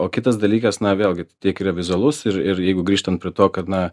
o kitas dalykas na vėlgi tiek yra vizualus ir ir jeigu grįžtam prie to kad na